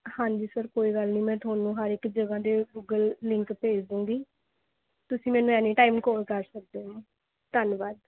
ਹਾਂਜੀ ਸਰ ਕੋਈ ਗੱਲ ਨਹੀਂ ਮੈਂ ਤੁਹਾਨੂੰ ਹਰ ਇੱਕ ਜਗ੍ਹਾ ਦੇ ਗੂਗਲ ਲਿੰਕ ਭੇਜ ਦੇਵਾਂਗੀ ਤੁਸੀਂ ਮੈਨੂੰ ਐਨੀਟਾਈਮ ਕੋਲ ਕਰ ਸਕਦੇ ਹੋ ਧੰਨਵਾਦ